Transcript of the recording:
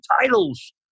titles